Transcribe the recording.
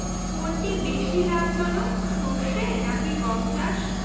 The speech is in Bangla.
কোনটি বেশি লাভজনক সরষে নাকি গম চাষ?